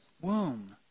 womb